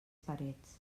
parets